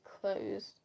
closed